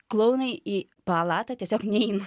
klounai į palatą tiesiog neina